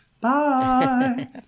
Bye